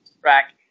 track